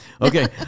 Okay